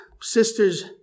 sisters